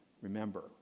Remember